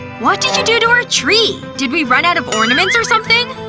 what did you do to our tree? did we run out of ornaments or something?